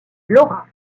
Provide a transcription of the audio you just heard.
laura